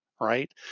right